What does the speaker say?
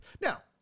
Now